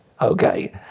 Okay